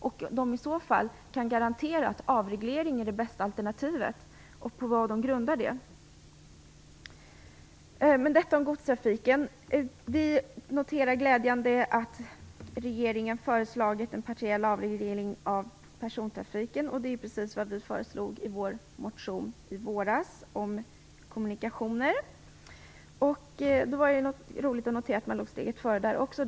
Kan man i så fall garantera att avreglering är det bästa alternativet? Och vad grundar man det på? Detta om godstrafiken. Vi noterar med glädje att regeringen har föreslagit en partiell avreglering av persontrafiken. Det är precis det som vi föreslog i vår motion i våras om kommunikationer. Det är roligt att notera att vi låg steget före där också.